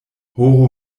horo